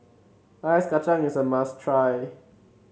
Ice Kacang is a must try